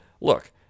look